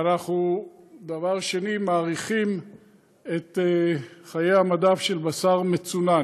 דבר שני, אנחנו מאריכים את חיי המדף של בשר מצונן.